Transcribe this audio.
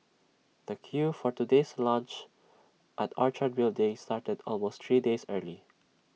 the queue for today's launch at Orchard building started almost three days early